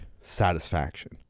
satisfaction